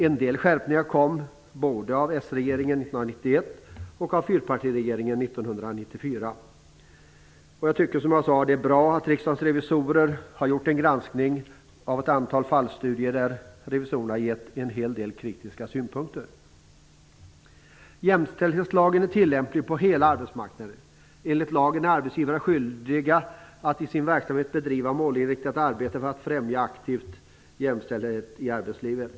En del skärpningar kom, både under den socialdemokratiska regeringens tid 1991 och under fyrpartiregeringens tid 1994. Jag tycker att det är bra att Riksdagens revisorer har gjort en granskning av ett antal fallstudier och även kommit med en hel del kritiska synpunkter. Jämställdhetslagen är tillämplig på hela arbetsmarknaden. Enligt lagen är arbetsgivarna skyldiga att i sin verksamhet bedriva målinriktad arbete för att aktivt främja jämställdhet i arbetslivet.